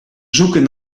zoeken